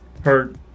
hurt